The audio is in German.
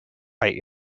bei